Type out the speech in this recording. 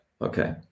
Okay